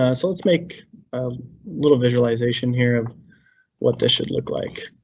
ah so let's make a little visualization here of what this should look like.